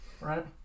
Right